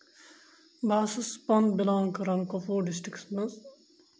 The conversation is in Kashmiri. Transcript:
بہٕ حظ چھُس پَانہٕ بِلانٛگ کَران کۄپوور ڈِسٹِرٛکَس منٛز